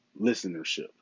listenership